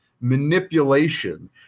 manipulation